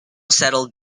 settled